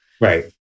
Right